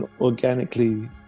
organically